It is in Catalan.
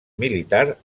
militar